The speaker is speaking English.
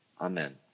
Amen